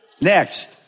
Next